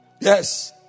Yes